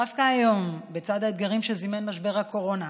דווקא היום, בצד האתגרים שזימן משבר הקורונה,